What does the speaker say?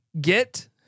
get